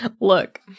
look